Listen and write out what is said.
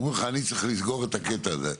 אומרים לך: אני צריך לסגור את הקטע הזה.